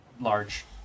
large